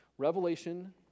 Revelation